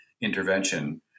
intervention